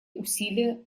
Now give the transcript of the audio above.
усилия